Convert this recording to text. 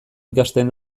ikasten